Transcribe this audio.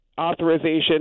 authorization